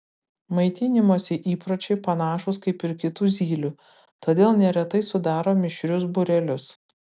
maitinimosi įpročiai panašūs kaip ir kitų zylių todėl neretai sudaro mišrius būrelius